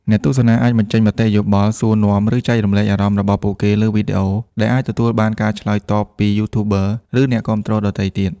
អ្នកទស្សនាអាចបញ្ចេញមតិយោបល់ សួរនាំ ឬចែករំលែកអារម្មណ៍របស់ពួកគេលើវីដេអូ ដែលអាចទទួលបានការឆ្លើយតបពី YouTuber ឬអ្នកគាំទ្រដទៃទៀត។